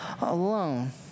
alone